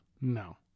No